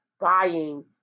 buying